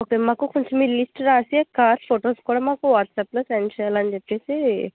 okay మాకు కొంచెం మీరు లిస్టు రాసి కార్ ఫొటోస్ కూడా మాకు వాట్సప్లో సెండ్ చెయ్యాలి అని చెప్పేసి